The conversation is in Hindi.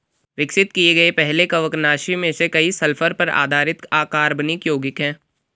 विकसित किए गए पहले कवकनाशी में से कई सल्फर पर आधारित अकार्बनिक यौगिक थे